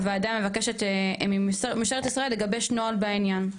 הוועדה מבקשת ממשטרת ישראל לגבש נוהל בעניין.